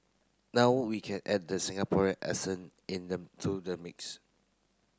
now we can add the Singaporean accent in them to the mix